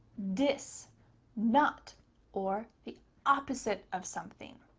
dis not or the opposite of something.